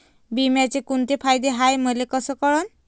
बिम्याचे कुंते फायदे हाय मले कस कळन?